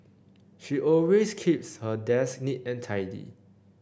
she always keeps her desk neat and tidy